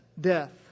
death